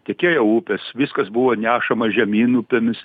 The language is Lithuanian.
tekėjo upės viskas buvo nešama žemyn upėmis